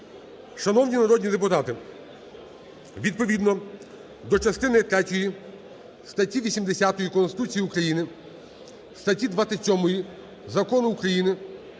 Шановні народні депутати, відповідно до частини третьої статті 80 Конституції України, статті 27 Закону України